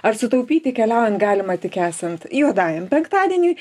ar sutaupyti keliaujant galima tik esant juodajam penktadieniui